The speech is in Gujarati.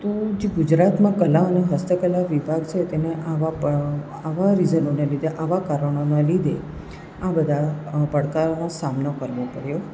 તો જે ગુજરાતમાં કલા અને હસ્તકલા વિભાગ છે તેમાં આવા આવા રીઝનોના લીધે આવા કારણોના લીધે આ બધા પડકારોનો સામનો કરવો પડ્યો છે